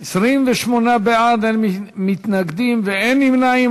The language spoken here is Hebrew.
28 בעד, אין מתנגדים ואין נמנעים.